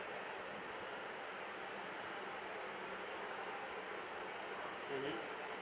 mmhmm